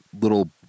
little